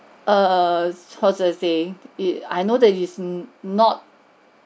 err as I'm saying it I know that it's not